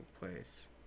place